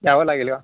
यावं लागेल गा